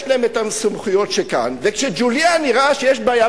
יש להם בדיוק אותן סמכויות כפי שכאן,